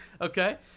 okay